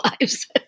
lives